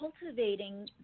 cultivating